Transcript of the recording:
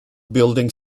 building